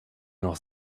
noch